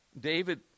David